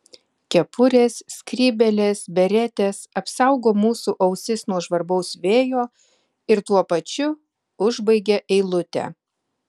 kepurės skrybėlės beretės apsaugo mūsų ausis nuo žvarbaus vėjo ir tuo pačiu užbaigia eilutę